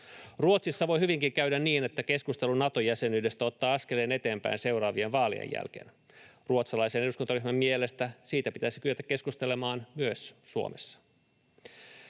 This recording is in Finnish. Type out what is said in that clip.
Ruotsissa voi hyvinkin käydä niin, että keskustelu Nato-jäsenyydestä ottaa askelen eteenpäin seuraavien vaalien jälkeen. Ruotsalaisen eduskuntaryhmän mielestä siitä pitäisi kyetä keskustelemaan myös Suomessa.